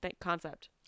concept